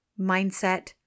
mindset